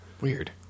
Weird